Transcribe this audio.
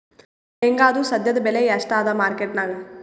ಶೇಂಗಾದು ಸದ್ಯದಬೆಲೆ ಎಷ್ಟಾದಾ ಮಾರಕೆಟನ್ಯಾಗ?